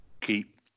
keep